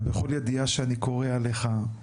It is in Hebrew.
ובכל ידיעה שאני קורא עליך,